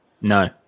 No